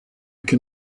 can